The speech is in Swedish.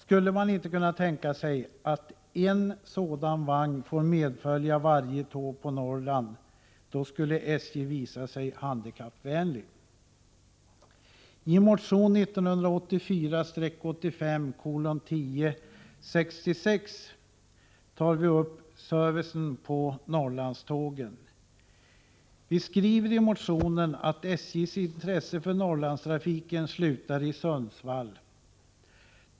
Skulle man inte kunna tänka sig att en sådan vagn kunde få medfölja varje tåg på Norrland? Då skulle SJ visa sig handikappvänligt. I motion 1984/85:1066 tar vi upp servicen på Norrlandstågen. Vi skriver där att SJ:s intresse för Norrlandstrafiken slutar i Sundsvall.